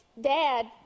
dad